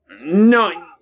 No